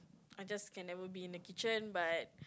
I just can never be in the kitchen but